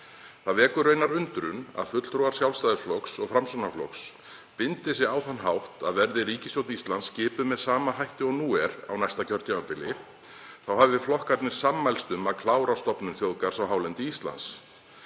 Það vekur raunar undrun að fulltrúar Sjálfstæðisflokks og Framsóknarflokks bindi sig á þann hátt að verði ríkisstjórn Íslands skipuð með sama hætti og nú er á næsta kjörtímabili þá hafi flokkarnir sammælst um að klára stofnun þjóðgarðs á hálendi Íslands,